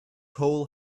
hole